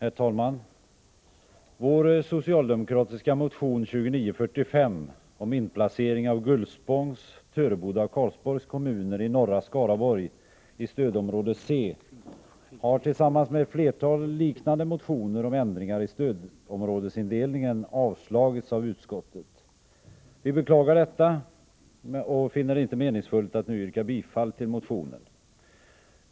Herr talman! Vår socialdemokratiska motion 2945 om inplacering av Gullspångs, Töreboda och Karlsborgs kommuner i norra Skaraborg i stödområde C har, liksom ett flertal liknande motioner om ändringar i stödområdesindelningen, avstyrkts av utskottet. Vi beklagar detta, och finner det inte meningsfullt att nu yrka bifall till motionen.